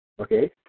okay